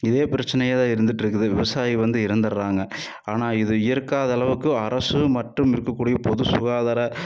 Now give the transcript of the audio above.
இதே பிரச்சினையாகதான் இருந்துக்கிட்டு இருக்குது விவசாயி வந்து இறந்துடுறாங்க ஆனால் இது இயற்காத அளவுக்கு அரசு மற்றும் இருக்கக்கூடிய பொது சுகாதார